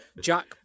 Jack